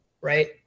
right